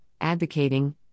advocating